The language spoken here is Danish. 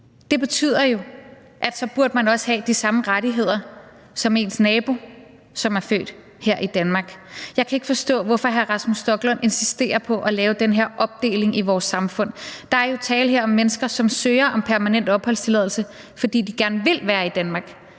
– betyder jo, at man så også burde have de samme rettigheder som ens nabo, som er født her i Danmark. Jeg kan ikke forstå, hvorfor hr. Rasmus Stoklund insisterer på at lave den her opdeling i vores samfund. Der er jo her tale om mennesker, som søger om permanent opholdstilladelse, fordi de gerne vil være i Danmark,